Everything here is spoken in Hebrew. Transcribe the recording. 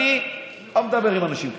אני לא מדבר עם אנשים כאלה,